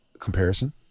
comparison